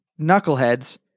knuckleheads